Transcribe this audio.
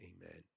Amen